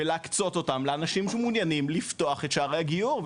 ולהקצות אותם לאנשים שמעוניינים לפתוח את שערי הגיור,